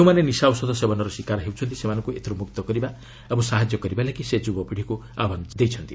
ଯେଉଁମାନେ ନିଶା ଔଷଧ ସେବନର ଶିକାର ହୋଇଛନ୍ତି ସେମାନଙ୍କୁ ଏଥିରୁ ମୁକ୍ତ କରିବା ଓ ସାହାଯ୍ୟ କରିବା ପାଇଁ ସେ ଯୁବପିଢ଼ିକୁ ଆହ୍ୱାନ କଣାଇଛନ୍ତି